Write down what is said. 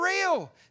real